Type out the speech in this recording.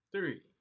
Three